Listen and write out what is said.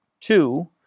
Two